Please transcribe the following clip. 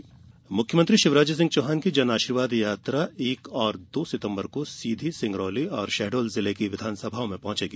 जनआशीर्वाद यात्रा मुख्यमंत्री शिवराज चौहान की जनआशीर्वाद यात्रा एक और दो सितम्बर को सीघी सिंगरौली और शहडोल जिले की विधानसमाओं में पहुंचेगी